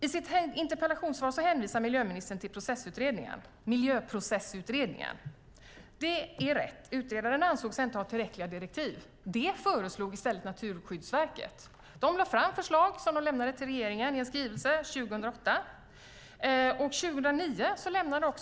I sitt interpellationssvar hänvisar miljöministern till Miljöprocessutredningen. Det är rätt. Utredaren ansåg sig inte ha tillräckliga direktiv. I stället tog Naturvårdsverket fram förslag som man lämnade i en skrivelse till regeringen 2008.